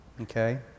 Okay